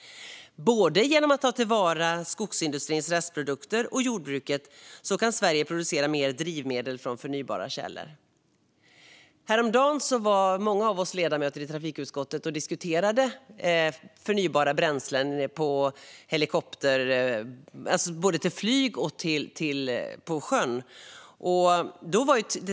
Genom att ta till vara restprodukter från både skogsindustri och jordbruk kan Sverige producera mer drivmedel från förnybara källor. Häromdagen diskuterade branschen och ett flertal ledamöter i utskottet förnybara bränslen till både flyg och båt.